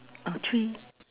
ah three